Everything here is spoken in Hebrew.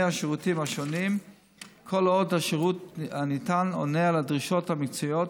השירותים השונים כל עוד השירות הניתן עונה על הדרישות המקצועיות,